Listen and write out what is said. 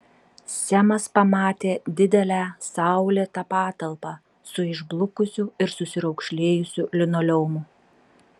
semas pamatė didelę saulėtą patalpą su išblukusiu ir susiraukšlėjusiu linoleumu